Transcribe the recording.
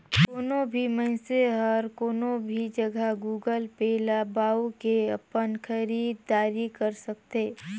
कोनो भी मइनसे हर कोनो भी जघा गुगल पे ल बउ के अपन खरीद दारी कर सकथे